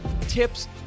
tips